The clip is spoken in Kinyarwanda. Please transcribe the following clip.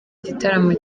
gitaramo